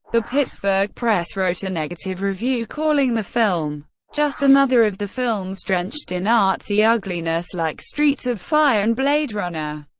the pittsburgh press wrote a negative review, calling the film just another of the films drenched in artsy ugliness like streets of fire and blade runner.